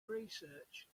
research